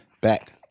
back